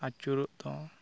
ᱟᱪᱩᱨᱚᱜ ᱫᱚ